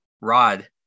Rod